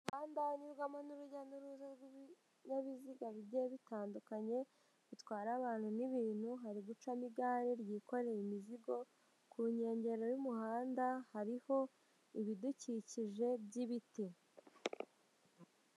Imihanda inyurwamo n'urujya n'uruza rw'ibinyabiziga bijyiye bitandukanye, bitwara abantu n'ibintu, hari gucamo igare ryikoreye imizigo, ku nkengero y'umuhanda, hariho ibidukikije by'ibiti.